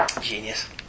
Genius